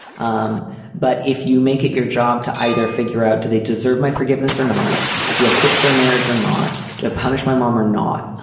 um but if you make it your job to either figure out do they deserve my forgiveness or not do i fix their marriage or not to punish my mom or not. ah